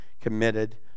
committed